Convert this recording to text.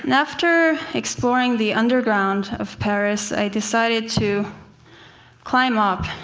and after exploring the underground of paris, i decided to climb up,